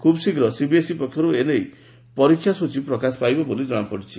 ଖୁବ୍ଶୀଘ୍ର ସିବିଏସ୍ଇ ପକ୍ଷରୁ ଏ ନେଇ ପରୀକ୍ଷା ସ୍ଟଚୀ ପ୍ରକାଶ ପାଇବ ବୋଲି ଜଣାପଡ଼ିଛି